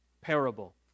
parable